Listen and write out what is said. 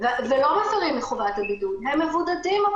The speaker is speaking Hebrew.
שהוא דיווח לפני שהוא נכנס.